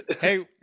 Hey